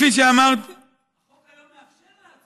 החוק היום מאפשר.